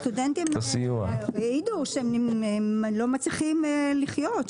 הסטודנטים העידו שהם לא מצליחים לחיות,